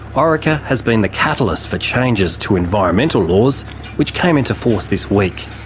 orica has been the catalyst for changes to environmental laws which came into force this week.